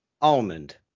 Almond